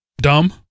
dumb